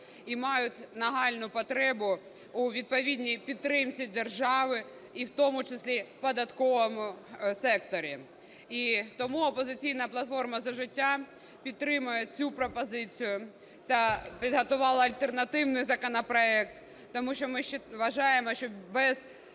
і мають нагальну потребу у відповідній підтримці держави і в тому числі податковому секторі. І тому "Опозиційна платформа - За життя" підтримує цю пропозицію та підготувала альтернативний законопроект, тому що ми вважаємо, що без